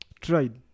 Tried